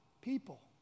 people